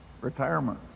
retirement